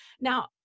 Now